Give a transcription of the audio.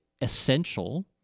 essential